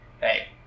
hey